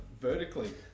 vertically